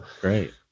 Great